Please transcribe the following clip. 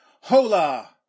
HOLA